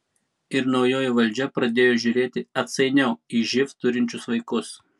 ir naujoji valdžia pradėjo žiūrėti atsainiau į živ turinčius vaikus